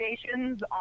stations